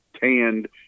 tanned